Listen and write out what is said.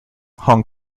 hong